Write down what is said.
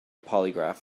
polygraph